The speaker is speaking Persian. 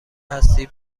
هستید